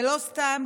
ולא סתם,